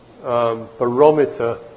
Barometer